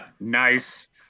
nice